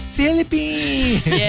Philippines